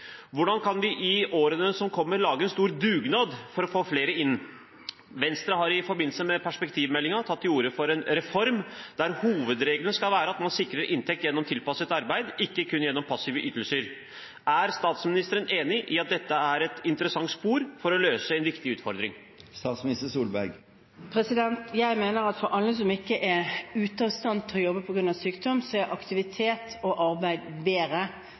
kommer, lage en stor dugnad for å få flere inn? Venstre har i forbindelse med perspektivmeldingen tatt til orde for en reform der hovedregelen skal være at man sikrer inntekt gjennom tilpasset arbeid, ikke kun gjennom passive ytelser. Er statsministeren enig i at dette er et interessant spor for å løse en viktig utfordring? Jeg mener at for alle som ikke er ute av stand til å jobbe på grunn av sykdom, er aktivitet og arbeid bedre